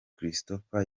christopher